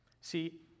See